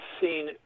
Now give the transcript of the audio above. seen